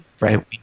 Right